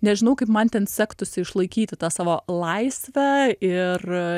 nežinau kaip man ten sektųsi išlaikyti tą savo laisvę ir